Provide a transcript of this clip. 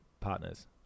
Partners